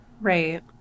Right